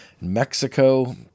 Mexico